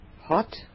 Hot